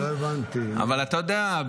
אתה יודע,